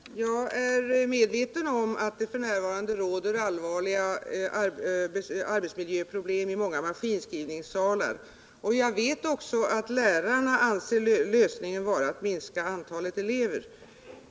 Herr talman! Jag är medveten om att det f. n. råder allvarliga arbetsmiljöproblem i många maskinskrivningssalar, och jag vet också att lärarna anser lösningen vara att minska antalet elever.